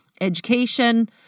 Education